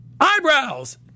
eyebrows